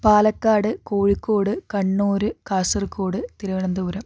Palakkad Kozhikode Kannur Kasaragod Thiruvananthapuram